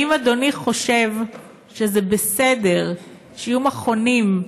האם אדוני חושב שזה בסדר שיהיו מכונים,